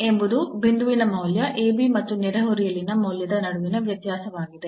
ಎಂಬುದು ಬಿಂದುವಿನ ಮೌಲ್ಯ ಮತ್ತು ನೆರೆಹೊರೆಯಲ್ಲಿನ ಮೌಲ್ಯದ ನಡುವಿನ ವ್ಯತ್ಯಾಸವಾಗಿದೆ